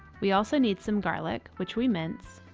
we also need some garlic, which we mince,